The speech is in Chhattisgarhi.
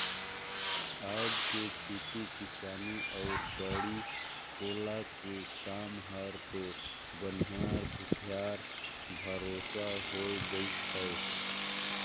आयज के खेती किसानी अउ बाड़ी कोला के काम हर तो बनिहार भूथी यार भरोसा हो गईस है